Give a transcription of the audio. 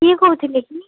କିଏ କହୁଥିଲେ କି